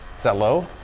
is that low?